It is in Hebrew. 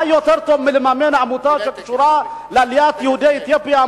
מה יותר טוב מלממן עמותה הקשורה לעליית יהודי אתיופיה,